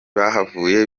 bahavuye